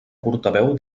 portaveu